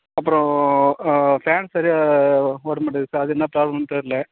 அப்புறம் ஃபேன் சரியாக ஓடமாட்டுங்குது சார் அது என்ன ப்ராப்ளம்னு தெரில